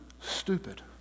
stupid